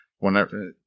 Whenever